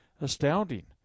astounding